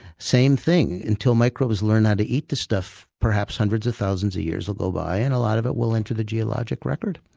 same thing until microbes learn how to eat the stuff, perhaps hundreds of thousands of years will go by and a lot of it will enter the geological record.